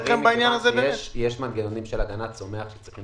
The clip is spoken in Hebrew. יש מנגנונים של הגנת הצומח שמצריכים